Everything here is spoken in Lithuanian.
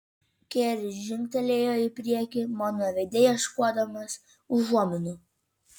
keris žingtelėjo į priekį mano veide ieškodamas užuominų